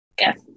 yes